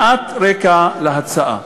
מעט רקע להצעה.